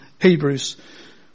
Hebrews